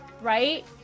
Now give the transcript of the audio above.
Right